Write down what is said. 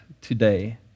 today